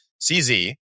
CZ